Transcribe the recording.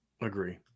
Agree